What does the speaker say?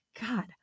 God